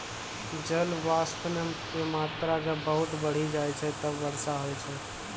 जलवाष्प के मात्रा जब बहुत बढ़ी जाय छै तब वर्षा होय छै